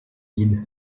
guide